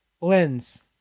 lens